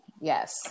Yes